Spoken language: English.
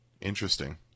Interesting